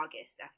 august